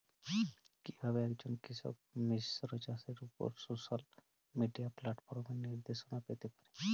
কিভাবে একজন কৃষক মিশ্র চাষের উপর সোশ্যাল মিডিয়া প্ল্যাটফর্মে নির্দেশনা পেতে পারে?